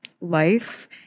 life